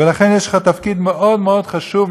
ולכן יש לך תפקיד מאוד מאוד חשוב,